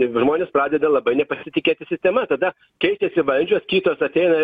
žmonės pradeda labai nepasitikėti sistema tada keitėsi valdžia kitos ateina